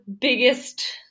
biggest